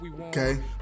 okay